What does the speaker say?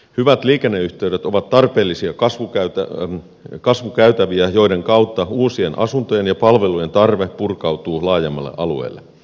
hyvät liikenneyhteydet ovat tarpeellisia kasvukäytäviä joiden kautta uusien asuntojen ja palvelujen tarve purkautuu laajemmalle alueelle